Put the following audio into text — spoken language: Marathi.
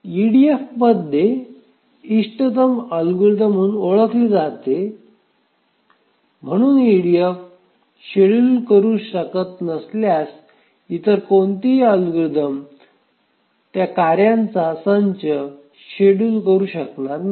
ईडीएफ मध्ये इष्टतम अल्गोरिदम म्हणून ओळखले जाते म्हणून ईडीएफ शेड्युल करू शकत नसल्यास इतर कोणतेही अल्गोरिदम ह्या कार्यांचा संच शेड्युल करू शकणार नाही